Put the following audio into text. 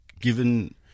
given